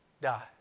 die